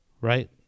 right